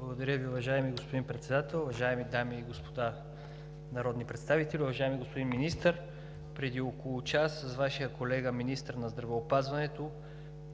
Благодаря Ви. Уважаеми господин Председател, уважаеми дами и господа народни представители! Уважаеми господин Министър, преди около час с Вашия колега министър на здравеопазването